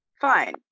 fine